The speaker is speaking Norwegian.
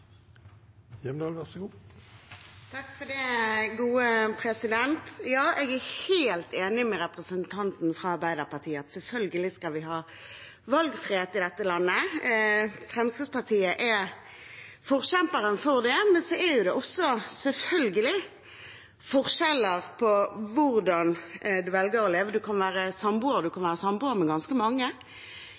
er blitt så populær i Norge, nemlig samboerskap. Jeg er helt enig med representanten fra Arbeiderpartiet i at vi selvfølgelig skal ha valgfrihet i dette landet. Fremskrittspartiet er forkjemperen for det, men så er det selvfølgelig også forskjeller på hvordan en velger å leve. En kan være samboer, og en kan være samboer med ganske mange.